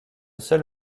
seul